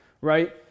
right